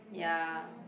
ya